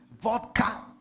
vodka